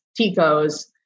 Ticos